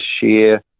share